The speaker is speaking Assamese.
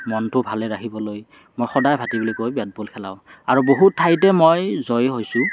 মনটো ভালে ৰাখিবলৈ মই সদায় ভাতিবেলিকৈ বেট বল খেলাওঁ আৰু বহুত ঠাইতে মই জয়ী হৈছোঁ